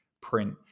print